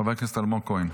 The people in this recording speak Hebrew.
חבר הכנסת אלמוג כהן.